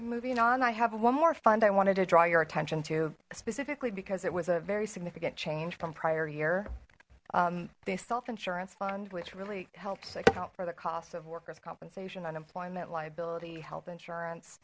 moving on i have one more fund i wanted to draw your attention to specifically because it was a very significant change from prior year they self insurance fund which really helps account for the cost of workers compensation unemployment liability health insurance